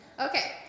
Okay